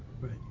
Right